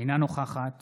אינה נוכחת